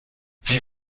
wie